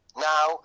now